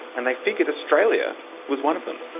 and they figured australia was one of them.